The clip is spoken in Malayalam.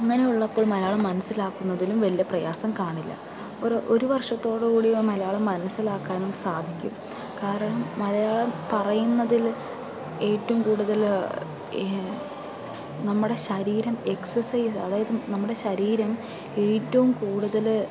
അങ്ങനെ ഉള്ളപ്പോൾ മലയാളം മനസിലാക്കുന്നതിലും വലിയ പ്രയാസം കാണില്ല ഒര് ഒരു വർഷത്തോട് കൂടി മലയാളം മനസിലാക്കാനും സാധിക്കും കാരണം മലയാളം പറയുന്നതില് ഏറ്റവും കൂടുതല് നമ്മടെ ശരീരം എക്സെസ്സിവ് അതായത് നമ്മടെ ശരീരം ഏറ്റവും കൂടുതല്